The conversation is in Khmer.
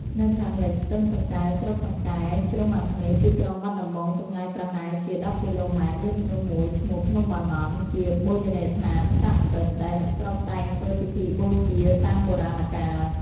នៅខាងលិចស្ទឹងសង្កែ ស្រុកសង្កែ ជ្រុងអាគ្នេយ៍ទីក្រុងបាត់ដំបង ចម្ងាយប្រហែលជា ១០ គីឡូម៉ែត្រ មានភ្នំ មួយឈ្មោះ ភ្នំបាណន់ ជាបូជនីយដ្ឋានសក្តិសិទ្ធិ ដែលអ្នកស្រុកតែងធ្វើពិធីបូជាតាំងបុរាណកាល ។